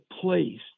place